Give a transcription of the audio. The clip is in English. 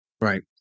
Right